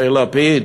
יאיר לפיד,